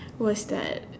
was that